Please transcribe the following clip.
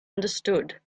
understood